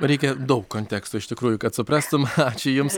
reikia daug konteksto iš tikrųjų kad suprastum ačiū jums